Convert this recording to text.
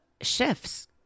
shifts